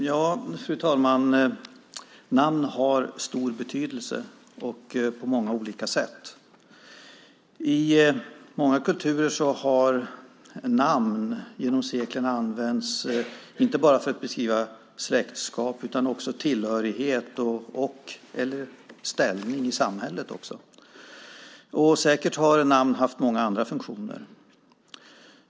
Fru talman! Namn har stor betydelse på flera olika sätt. I många kulturer har namn genom seklerna använts inte bara för att beskriva släktskap utan också tillhörighet och ställning i samhället. Säkert har namn även haft andra funktioner.